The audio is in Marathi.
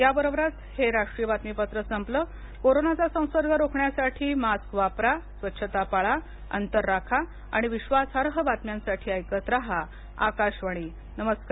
याबरोबरच हे राष्ट्रीय बातमीपत्र संपलं कोरोनाचा संसर्ग रोखण्यासाठी मास्क वापरा स्वच्छता पाळा अंतर राखा आणि विश्वासार्ह बातम्यांसाठी ऐकत रहा आकाशवाणी नमस्कार